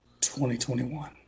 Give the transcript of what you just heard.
2021